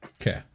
Okay